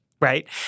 right